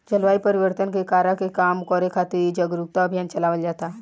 जलवायु परिवर्तन के कारक के कम करे खातिर जारुकता अभियान चलावल जाता